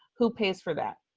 who pays for that,